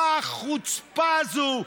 מה החוצפה הזאת?